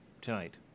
tonight